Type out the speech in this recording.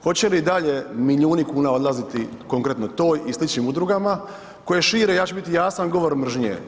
Hoće li i dalje milijuni kuna odlaziti konkretno toj i sličnim udrugama koje šire, ja ću biti jasan, govor mržnje.